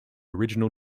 original